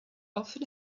often